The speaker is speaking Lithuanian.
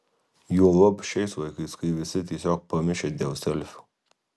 juolab šiais laikais kai visi tiesiog pamišę dėl selfių